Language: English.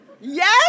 Yes